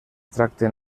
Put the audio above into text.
tracten